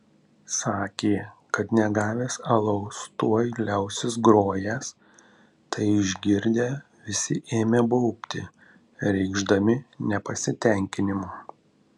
sakė kad negavęs alaus tuoj liausis grojęs tai išgirdę visi ėmė baubti reikšdami nepasitenkinimą